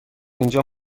اینجا